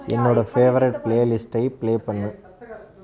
என்னோட ஃபேவரைட் பிளேலிஸ்ட்டை பிளே பண்ணு